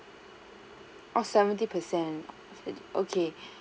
oh seventy percent okay